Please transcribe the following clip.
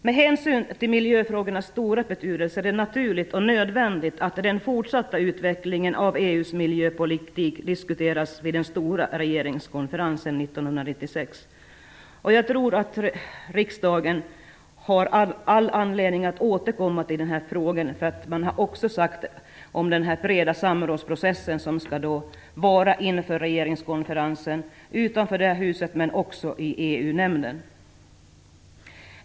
Med hänsyn till miljöfrågornas stora betydelse är det naturligt och nödvändigt att den fortsatta utvecklingen av EU:s miljöpolitik diskuteras vid den stora regeringskonferensen 1996. Jag tror att riksdagen har all anledning att återkomma till dessa frågor. Man har också talat om den breda samrådsprocess som skall vara inför regeringskonferensen, utanför det här huset, men också i EU-nämnden.